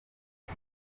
iki